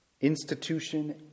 institution